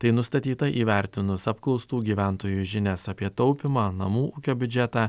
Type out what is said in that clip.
tai nustatyta įvertinus apklaustų gyventojų žinias apie taupymą namų ūkio biudžetą